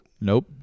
Nope